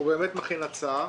הוא באמת מכין הצעה.